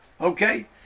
Okay